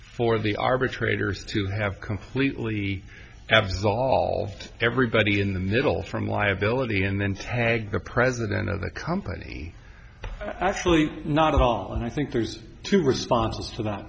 for the arbitrator's to have completely absolved everybody in the middle from liability and then tag the president of the company actually not at all and i think there's two respon